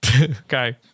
Okay